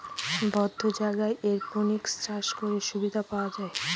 বদ্ধ জায়গায় এরপনিক্স চাষ করে সুবিধা পাওয়া যায়